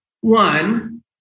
One